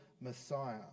Messiah